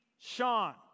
Sean